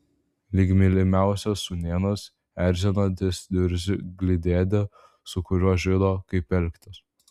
lyg mylimiausias sūnėnas erzinantis niurzglį dėdę su kuriuo žino kaip elgtis